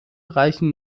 reichen